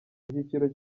icyiciro